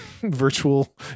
virtual